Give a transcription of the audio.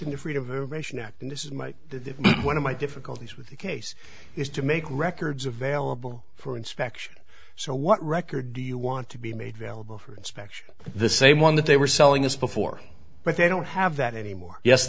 in the freedom of information act and this is the one of my difficulties with the case is to make records available for inspection so what record do you want to be made available for inspection the same one that they were selling us before but they don't have that anymore yes